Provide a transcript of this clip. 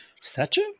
Stature